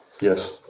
Yes